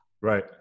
Right